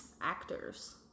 actors